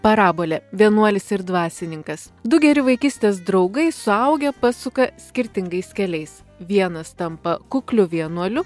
parabolė vienuolis ir dvasininkas du geri vaikystės draugai suaugę pasuka skirtingais keliais vienas tampa kukliu vienuoliu